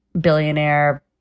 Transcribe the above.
billionaire